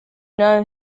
know